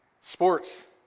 sports